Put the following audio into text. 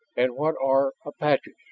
and what are apaches?